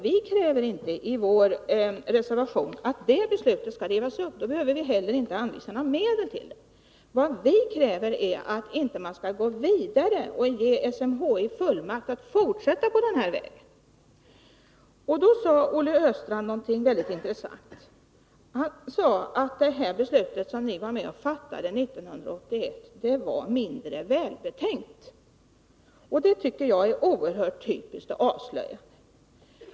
Vi kräver inte i vår reservation att det beslutet skall rivas upp, och därför behöver vi inte heller anvisa några medel till det. Vad vi kräver är att man inte skall gå vidare och ge SMHI fullmakt att fortsätta på den här vägen. Olle Östrand sade något mycket intressant, nämligen att det här beslutet som ni var med och fattade 1981 var mindre välbetänkt. Det tycker jag är oerhört typiskt och avslöjande.